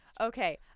Okay